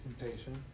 Impatient